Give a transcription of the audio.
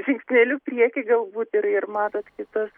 žingsneliu prieky galbūt ir ir matot kitas